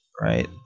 right